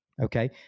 okay